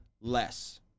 less